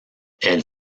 elle